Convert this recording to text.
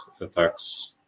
attacks